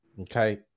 Okay